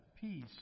peace